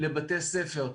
לבתי ספר.